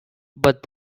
but